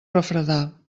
refredar